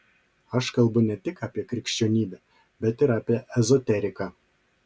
aš kalbu ne tik apie krikščionybę bet ir apie ezoteriką